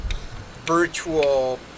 virtual